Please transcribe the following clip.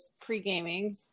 pre-gaming